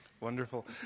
Wonderful